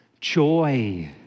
Joy